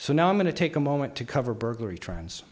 so now i'm going to take a moment to cover burglary trends